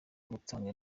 gutanga